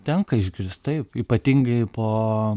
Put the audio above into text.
tenka išgirst taip ypatingai po